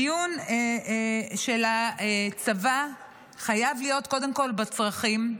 הדיון של הצבא חייב להיות קודם כול בצרכים,